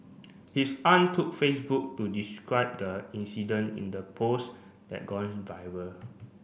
his aunt took Facebook to describe the incident in the post that gone viral